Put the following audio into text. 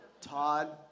Todd